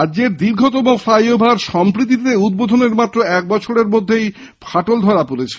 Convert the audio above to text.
রাজ্যর দীর্ঘতম ফ্লাইওভার সম্প্রীতিতে উদ্বোধনের মাত্র এক বছরের মধ্যেই ফাটল দেখা দিয়েছে